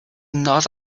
not